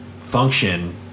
function